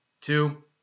Two